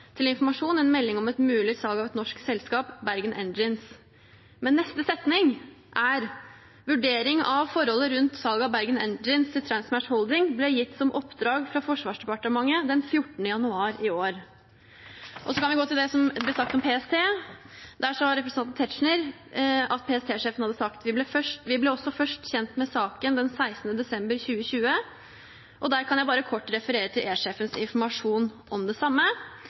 til informasjon en melding om et mulig salg av et norsk selskap, Bergen Engines.» Men neste setning er: «Vurdering av forholdet rundt salget av Bergen Engines til Transmashholding ble gitt som oppdrag fra Forsvarsdepartementet den 14. januar i år.» Så kan vi gå til det som ble sagt om PST. Der sa representanten Tetzschner at PST-sjefen hadde sagt: «Vi ble også først kjent med saken den 16. desember 2020, og der kan jeg bare kort referere til E-sjefens informasjon om det samme.